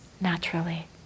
naturally